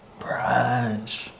brunch